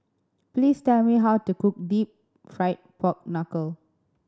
please tell me how to cook Deep Fried Pork Knuckle